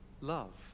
love